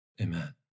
amen